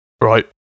right